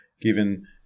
given